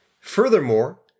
Furthermore